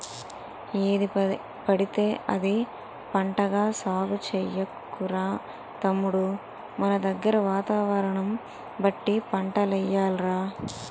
ఏదిపడితే అది పంటగా సాగు చెయ్యకురా తమ్ముడూ మనదగ్గర వాతావరణం బట్టి పంటలెయ్యాలి రా